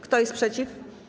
Kto jest przeciw?